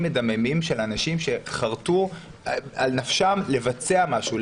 מדממים של אנשים שחרתו על נפשם לבצע משהו,